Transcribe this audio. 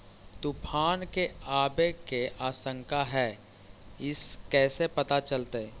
तुफान के आबे के आशंका है इस कैसे पता चलतै?